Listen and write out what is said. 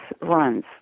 runs